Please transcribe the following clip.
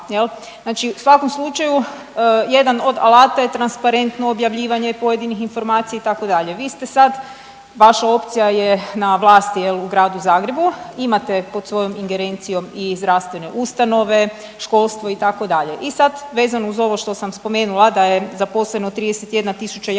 Znači u svakom slučaju jedan od alata je transparentno objavljivanje pojedinih informacija itd., vi ste sad, vaša opcija je na vlasti jel u Gradu Zagrebu, imate pod svojom ingerencijom i zdravstvene ustanove, školstvo itd. i sad vezao uz ovo što sam spomenula…/Govornik se